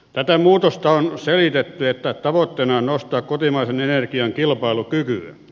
tätä muutosta on selitetty niin että tavoitteena on nostaa kotimaisen energian kilpailukykyä